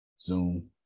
Zoom